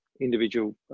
individual